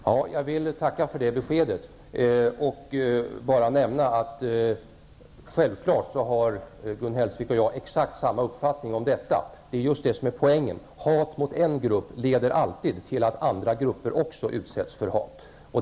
Herr talman! Jag vill tacka för det beskedet och bara nämna att Gun Hellsvik och jag självfallet har exakt samma uppfattning om detta. Det är det som är poängen; hat mot en grupp leder alltid till att andra grupper också utsätts för hat.